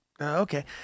okay